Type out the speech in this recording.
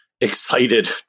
excited